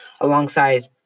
alongside